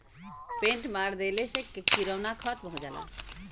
paint मार देहले से किरौना खतम हो जाला